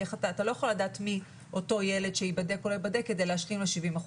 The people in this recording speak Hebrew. כי אתה לא יכול לדעת מי אותו ילד שייבדק או לא ייבדק כדי להשלים ל-70%.